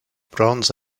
bronze